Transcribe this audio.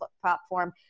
platform